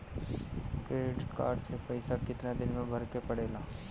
Credit card के पइसा कितना दिन में भरे के पड़ेला?